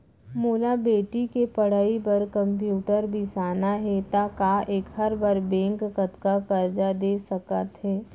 मोला बेटी के पढ़ई बार कम्प्यूटर बिसाना हे त का एखर बर बैंक कतका करजा दे सकत हे?